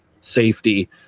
safety